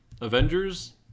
avengers